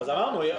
אז אמרנו,